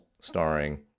starring